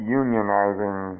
unionizing